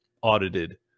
audited